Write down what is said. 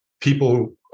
people